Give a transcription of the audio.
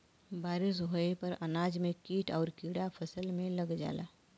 बारिस होये पर अनाज में कीट आउर कीड़ा फसल में लग जाला